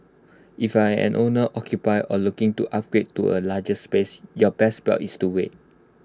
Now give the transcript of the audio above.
if I am an owner occupier or looking to upgrade to A larger space your best bet is to wait